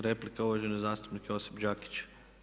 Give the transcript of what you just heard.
Replika, uvaženi zastupnik Josip Đakić.